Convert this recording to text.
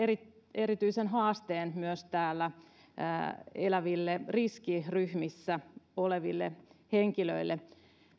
erityisen haasteen myös täällä eläville riskiryhmissä oleville henkilöille